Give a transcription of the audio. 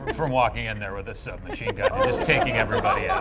and from walking in there with a submachine just taking everybody out.